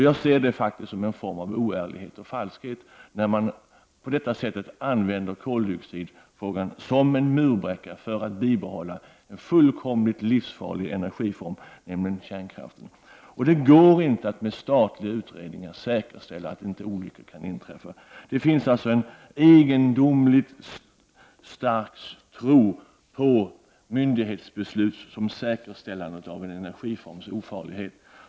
Jag uppfattar det som en form av oärlighet och falskhet att på detta sätt använda koldioxidfrågan som en murbräcka för att bibehålla en fullkomligt livsfarlig energiform, nämligen kärnkraften. Det går inte att med statliga utredningar säkerställa att olyckor inte inträffar. Det finns alltså en egendomligt stark tro på myndighetsbeslut som säkerställande av en energiforms ofarlighet.